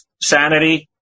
sanity